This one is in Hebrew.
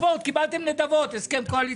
בספורט קיבלתם נדבות, הסכם קואליציוני.